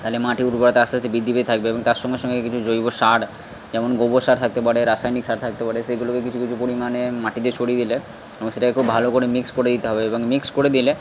তাহলে মাটির উর্বরতা আস্তে আস্তে বৃদ্ধি পেয়ে থাকবে এবং তার সঙ্গে সঙ্গে কিছু জৈব সার যেমন গোবর সার থাকতে পারে রাসায়নিক সার থাকতে পারে সেগুলোকে কিছু কিছু পরিমাণে মাটিতে ছড়ি গেলে এবং সেটাকে খুব ভালো করে মিক্সড করে দিতে হবে এবং মিক্সড করে দিলে